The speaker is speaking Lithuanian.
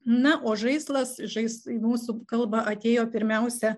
na o žaislas žais į mūsų kalba atėjo pirmiausia